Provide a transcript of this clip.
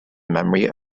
memory